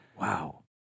Wow